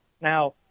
Now